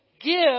give